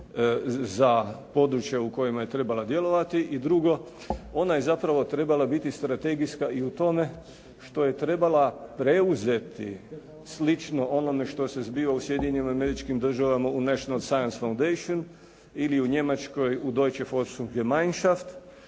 za područja u kojima je trebala djelovati. I drugo, ona je zapravo trebala biti strategijska i u tome što je trebala preuzeti slično onome što se zbiva u Sjedinjenim Američkim Državama u National …/Govornik se ne razumije./… fundation ili u Njemačkoj u Deutche …./Govornik